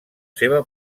seva